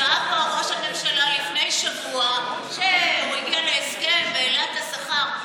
התגאה פה ראש הממשלה לפני שבוע שהוא הגיע להסכם והעלה את השכר,